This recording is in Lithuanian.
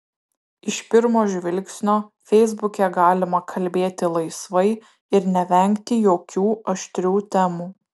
iš pirmo žvilgsnio feisbuke galima kalbėti laisvai ir nevengti jokių aštrių temų